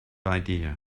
idea